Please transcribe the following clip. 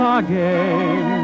again